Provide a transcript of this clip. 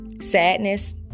sadness